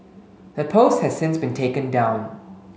the post has since been taken down